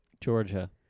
Georgia